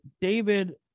David